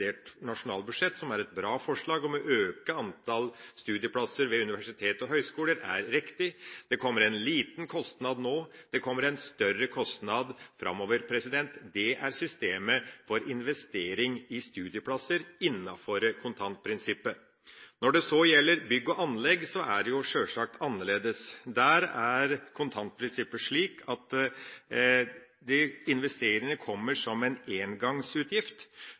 revidert nasjonalbudsjett, som er et bra forslag, om å øke antall studieplasser ved universiteter og høgskoler. Det kommer en liten kostnad nå, det kommer en større kostnad framover. Det er systemet for investering i studieplasser innenfor kontantprinsippet. Når det så gjelder bygg og anlegg, er det sjølsagt annerledes. Der er kontantprinsippet slik at investeringene kommer som en engangsutgift